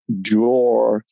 draw